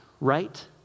right